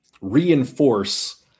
reinforce